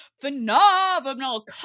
phenomenal